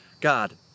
God